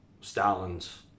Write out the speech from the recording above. Stalin's